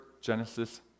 Genesis